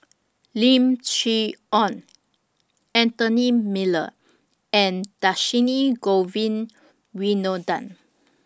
Lim Chee Onn Anthony Miller and Dhershini Govin Winodan